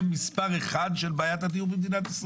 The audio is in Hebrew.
מספר אחד היום של בעיית הדיור במדינת ישראל.